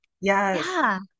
Yes